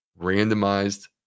randomized